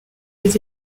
des